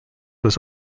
was